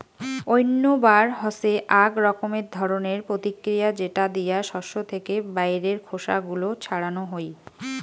উইন্নবার হসে আক রকমের ধরণের প্রতিক্রিয়া যেটা দিয়া শস্য থেকে বাইরের খোসা গুলো ছাড়ানো হই